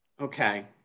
okay